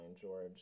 George